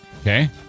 Okay